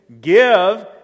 Give